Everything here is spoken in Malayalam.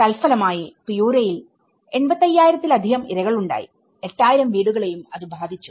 തത്ഫലമായി പിയൂരയിൽ 85000 ത്തിലധികം ഇരകളുണ്ടായി8000 വീടുകളെയും അത് ബാധിച്ചു